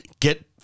Get